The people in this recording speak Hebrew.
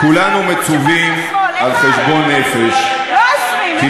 כולנו מצווים על חשבון נפש, לא 20, אחד.